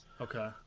Okay